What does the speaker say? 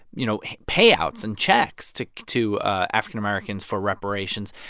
you know, payouts and checks to to african-americans for reparations.